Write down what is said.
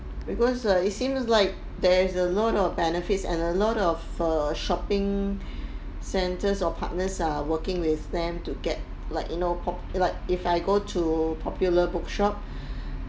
because err it seems like there's a lot of benefits and a lot of err shopping centres or partners are working with them to get like you know pop~ like if I go to popular bookshop